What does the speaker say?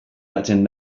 hartzen